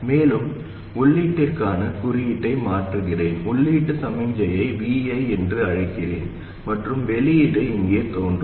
மேலும் உள்ளீட்டிற்கான குறியீட்டை மாற்றுகிறேன் உள்ளீட்டு சமிக்ஞையை Vi என்று அழைக்கிறேன் மற்றும் வெளியீடு இங்கே தோன்றும்